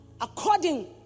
according